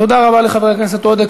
תודה רבה לחבר הכנסת עודה.